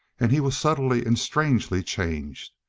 and he was subtly and strangely changed.